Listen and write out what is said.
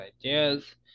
ideas